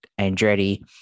Andretti